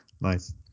Nice